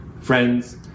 Friends